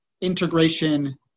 integration